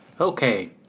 Okay